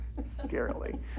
Scarily